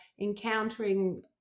encountering